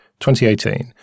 2018